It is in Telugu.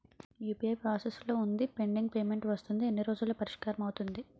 యు.పి.ఐ ప్రాసెస్ లో వుందిపెండింగ్ పే మెంట్ వస్తుంది ఎన్ని రోజుల్లో పరిష్కారం అవుతుంది